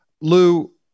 Lou